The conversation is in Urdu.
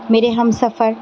میرے ہمسفر